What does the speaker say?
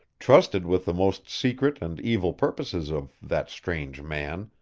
trusted with the most secret and evil purposes of that strange man,